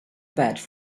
badge